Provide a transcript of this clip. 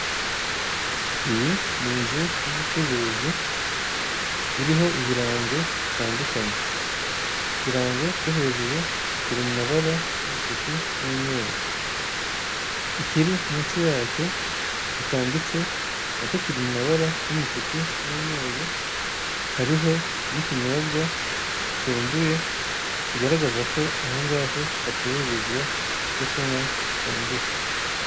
Iyi ni inzu y'ubucuruzi iriho ibirango bitandukanye, ikirango cyo hejuru kiri mu mabara y'umutuku n'umweru. Ikiri munsi yacyo gitambitse nacyo kiri mu mabara y'umutuku n'umweru, hariho n'ikinyobwa gisembuye kigaragaza ko ahongaho hacururizwa ibyo kunywa bisembuye.